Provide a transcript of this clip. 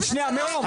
חברים, שנייה מירום.